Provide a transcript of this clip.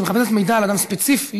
כשהיא מחפשת מידע על אדם ספציפי,